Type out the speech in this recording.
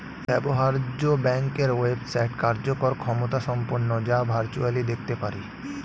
ব্যবহার্য ব্যাংকের ওয়েবসাইট কার্যকর ক্ষমতাসম্পন্ন যা ভার্চুয়ালি দেখতে পারি